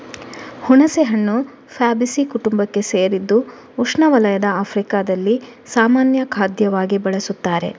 ಹುಣಸೆಹಣ್ಣು ಫ್ಯಾಬೇಸೀ ಕುಟುಂಬಕ್ಕೆ ಸೇರಿದ್ದು ಉಷ್ಣವಲಯದ ಆಫ್ರಿಕಾದಲ್ಲಿ ಸಾಮಾನ್ಯ ಖಾದ್ಯವಾಗಿ ಬಳಸುತ್ತಾರೆ